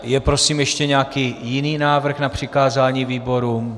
Je prosím ještě nějaký jiný návrh na přikázání výborům?